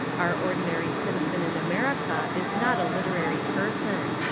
our ordinary citizen in ameri ca is not a literary person.